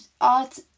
art